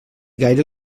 gaire